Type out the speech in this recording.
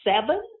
seven